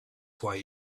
why